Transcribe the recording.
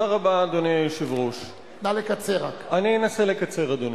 תודה רבה, אדוני היושב-ראש, אני אנסה לקצר, אדוני.